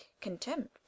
contempt